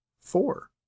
four